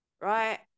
right